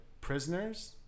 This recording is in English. prisoners